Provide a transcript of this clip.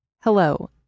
Hello